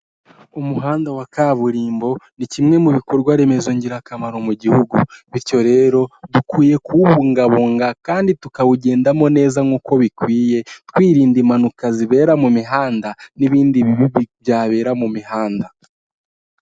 Umuhanda wa kaburimbo ni kimwe mu bikorwa remezo ngirakamaro mu gihugu, bityo rero dukwiye kuwubungabunga kandi tukawugendamo neza nk'uko bikwiye, twirinda impanuka zibera mu mihanda n'ibindi bibi byabera mu mihanda.